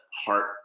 heart